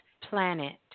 planet